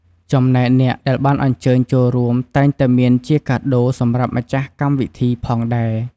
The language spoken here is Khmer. ចំណែកអ្នកដែលបានអញ្ជើញចូលរួមតែងតែមានជាកាដូរសម្រាប់ម្ចាស់កម្មវិធីផងដែរ។